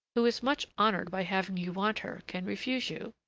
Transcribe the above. who is much honored by having you want her, can refuse you.